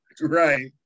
Right